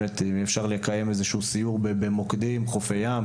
אם אפשר לקיים איזה שהוא סיור במוקדים; חופי ים,